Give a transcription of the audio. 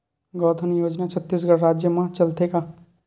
गौधन योजना छत्तीसगढ़ राज्य मा चलथे का?